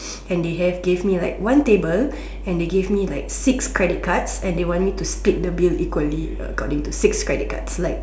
and they have gave me like one table and they gave me like six credit cards and they want me to split the bill equally to six credit cards